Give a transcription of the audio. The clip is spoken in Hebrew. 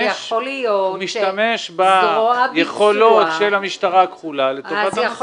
הוא משתמש ביכולות של המשטרה הכחולה לטובת --- אז יכול